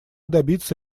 добиться